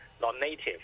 non-native